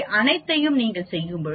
இவை அனைத்தையும் நீங்கள் செய்யும்போது 0